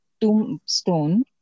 tombstone